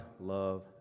love